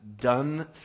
done